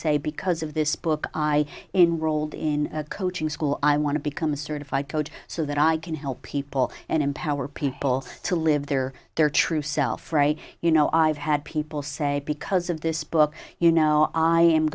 say because of this book i enrolled in coaching school i want to become a certified code so that i can help people and empower people to live their their true self you know i've had people say because of this book you know i am